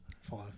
Five